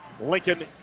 Lincoln